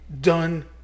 Done